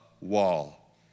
wall